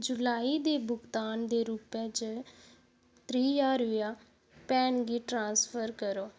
जुलाई दे भुगतान दे रूपै च त्रीह् ज्हार रपेआ भैन गी ट्रांसफर करो